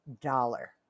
dollar